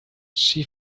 she